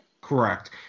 Correct